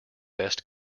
best